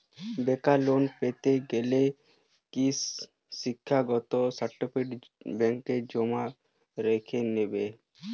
বেকার লোন পেতে গেলে কি শিক্ষাগত সার্টিফিকেট ব্যাঙ্ক জমা রেখে দেবে?